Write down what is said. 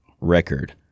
record